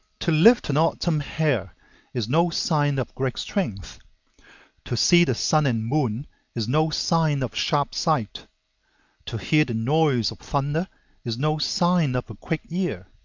to lift an autumn hair is no sign of great strength to see the sun and moon is no sign of sharp sight to hear the noise of thunder is no sign of a quick ear.